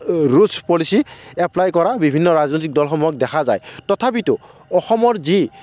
rules policy apply কৰা বিভিন্ন ৰাজনৈতিক দলসমূহক দেখা যায় তথাপিতো অসমৰ যি